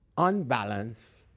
unbalanced